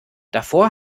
davor